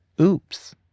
Oops